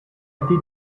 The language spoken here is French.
été